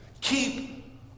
Keep